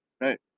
right